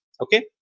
okay